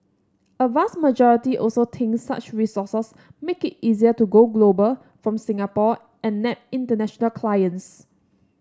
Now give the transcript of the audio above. a vast majority also thinks such resources make it easier to go global from Singapore and nab international clients